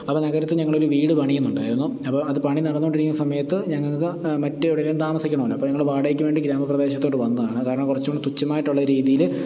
അപ്പോള് നഗരത്തിൽ ഞങ്ങളൊരു വീട് പണിയുന്നുണ്ടായിരുന്നു അപ്പോള് അത് പണി നടന്നുകൊണ്ടിരിക്കുന്ന സമയത്ത് ഞങ്ങള്ക്ക് മറ്റ് എവിടേലും താമസിക്കണമല്ലോ അപ്പോള് ഞങ്ങൾ വാടകയ്ക്ക് വേണ്ടി ഗ്രാമപ്രദേശത്തോട്ട് വന്നതാണ് കാരണം കുറച്ചുകൂടി തുച്ഛമായിട്ടുള്ള രീതിയില്